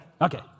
okay